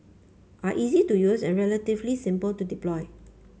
are easy to use and relatively simple to deploy